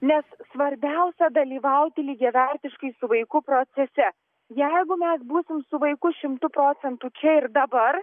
nes svarbiausia dalyvauti lygiavertiškai su vaiku procese jeigu mes būsim su vaiku šimtu procentu čia ir dabar